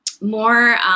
more